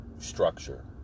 structure